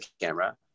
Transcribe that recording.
camera